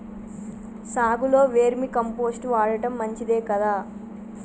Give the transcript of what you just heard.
సాగులో vermicompost వాడటం మంచిదే కదా?